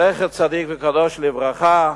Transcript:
זכר צדיק וקדוש לברכה,